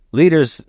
leaders